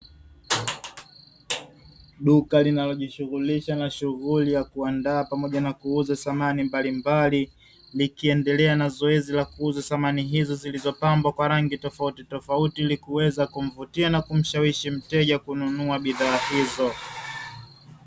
Duka linalojishughulisha na shughuli ya kuandaa pamoja na kuuza samani mbalimbali likiendelea na zoezi la kuuza samani hizo zilizopambwa kwa rangi tofautitofauti, ili kuweza kumvutia na kumshawishi mteja kununua bidhaa hizo.